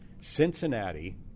Cincinnati